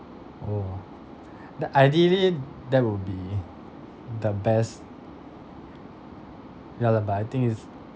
oh the ideally that will be the best ya lah but I think it's